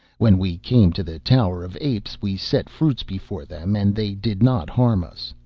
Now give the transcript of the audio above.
when we came to the tower of apes we set fruits before them, and they did not harm us.